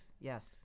Yes